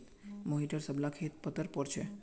मोहिटर सब ला खेत पत्तर पोर छे